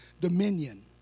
dominion